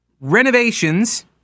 Renovations